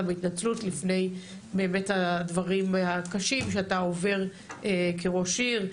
בהתנצלות והבאת דברים קשים שאתה עובר כראש עיר.